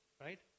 right